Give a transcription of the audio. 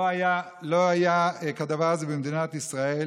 לא היה כדבר הזה במדינת ישראל